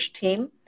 team